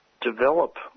develop